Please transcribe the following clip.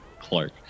clark